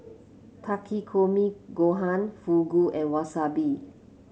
Takikomi Gohan Fugu and Wasabi